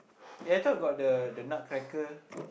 eh I thought got the the nutcracker